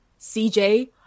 CJ